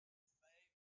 favorite